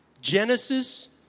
Genesis